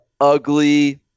ugly